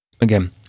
again